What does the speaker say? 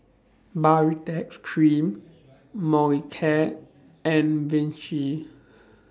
Baritex Cream Molicare and Vichy